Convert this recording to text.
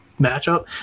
matchup